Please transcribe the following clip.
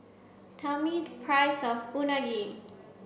tell me the price of Unagi